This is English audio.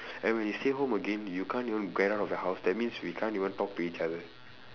and when you stay home again you can't even get out of the house that means we can't even talk to each other